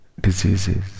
diseases